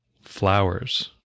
flowers